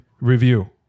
review